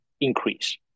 increase